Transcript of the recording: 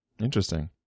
Interesting